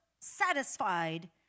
satisfied